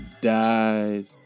died